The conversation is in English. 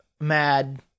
Mad